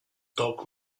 doc